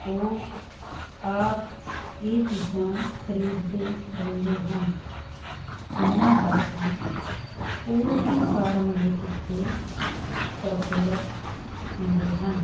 ਉਹ ਆਪ ਇਹ ਚੀਜ਼ਾਂ ਖਰੀਦਦੇ ਰਹਿੰਦੇ ਹਨ ਇਹਨਾਂ ਕਰਕੇ ਪੋਲਟਰੀ ਫਾਰਮ ਦੇ ਕਿੱਤੇ ਪ੍ਰਫੁੱਲਤ ਹੁੰਦੇ ਹਨ